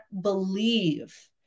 believe